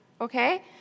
okay